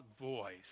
voice